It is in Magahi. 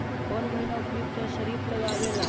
कौन महीना उपयुकत है खरिफ लगावे ला?